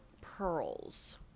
pearls